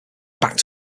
backed